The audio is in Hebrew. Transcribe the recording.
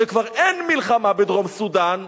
שכבר אין מלחמה בדרום-סודן.